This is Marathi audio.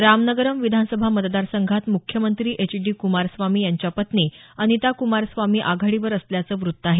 रामनगरम विधानसभा मतदारसंघात मुख्यमंत्री एचडी कुमारस्वामी यांच्या पत्नी अनिता कुमारस्वामी आघाडीवर असल्याचं वृत्त आहे